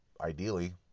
ideally